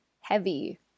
heavy